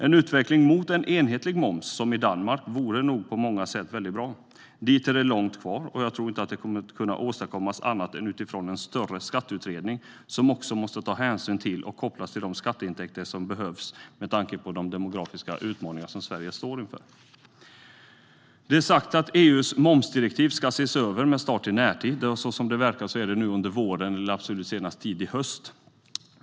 En utveckling mot en enhetlig moms, som i Danmark, vore nog bra på många sätt. Men dit är det långt kvar, och jag tror inte att det kommer att kunna åstadkommas på annat sätt än utifrån en större skatteutredning, som också måste ta hänsyn till och kopplas till de skatteintäkter som behövs med tanke på de demografiska utmaningar som Sverige står inför. Det är sagt att EU:s momsdirektiv ska ses över med start i närtid. Som det verkar är det nu under våren eller absolut senast under tidig höst.